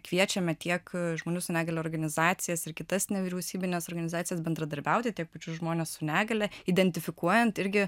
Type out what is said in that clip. kviečiame tiek žmonių su negalia organizacijas ir kitas nevyriausybines organizacijas bendradarbiauti tiek pačius žmones su negalia identifikuojant irgi